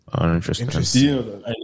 Interesting